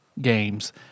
games